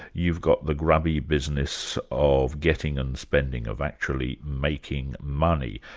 you've got the grubby business of getting and spending, of actually making money,